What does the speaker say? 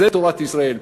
זו תורת ישראל.